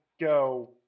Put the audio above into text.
go